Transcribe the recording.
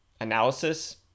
analysis